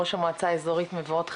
ראש המועצה אזורית מבואות חרמון,